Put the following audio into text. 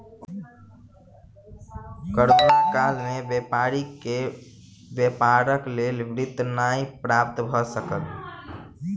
corona काल में व्यापारी के व्यापारक लेल वित्त नै प्राप्त भ सकल